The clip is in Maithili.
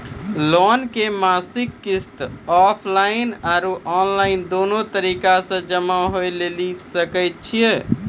लोन के मासिक किस्त ऑफलाइन और ऑनलाइन दोनो तरीका से जमा होय लेली सकै छै?